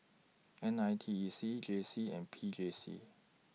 N I T E C J C and P J C